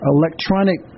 electronic